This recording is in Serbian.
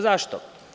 Zašto?